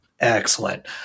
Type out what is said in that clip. Excellent